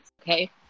okay